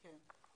כן.